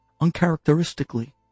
Uncharacteristically